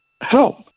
help